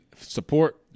support